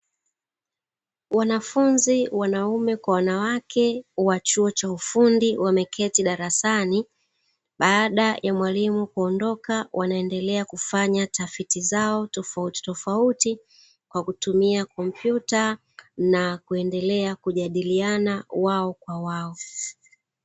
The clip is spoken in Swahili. Wanafunzi wanaume kwa wanawake wa chuo cha ufundi wameketi darasani baada ya mwalimu kuondoka, wanaendelea kufanya tafiti zao tofauti tofauti kwa kutumia kompyuta na kuendelea kujadiliana wao kwa wao.